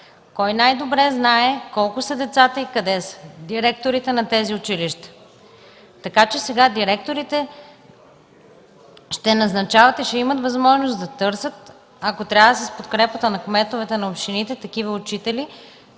Кой най-добре знае колко са децата и къде са? Директорите на тези училища. Така че сега директорите ще назначават и ще имат възможност да търсят, ако трябва и с подкрепата на кметовете на общините, такива учители.